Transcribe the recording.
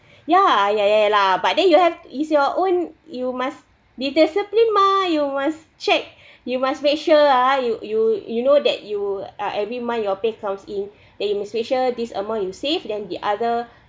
ya ya ya ya la but then you have it's your own you must be discipline mah you must check you must make sure ah you you you know that you uh every month your pay comes in then you must make sure this amount you save then the other